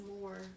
more